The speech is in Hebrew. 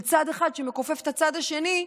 של צד אחד שמכופף את הצד השני,